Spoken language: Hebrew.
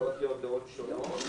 יכולות להיות דעות שונות,